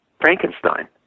Frankenstein